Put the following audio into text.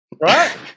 right